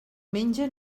menja